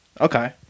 Okay